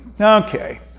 okay